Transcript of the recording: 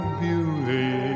beauty